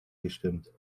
gestimmt